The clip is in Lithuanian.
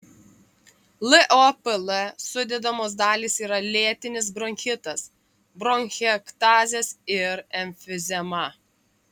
lopl sudedamos dalys yra lėtinis bronchitas bronchektazės ir emfizema